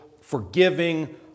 forgiving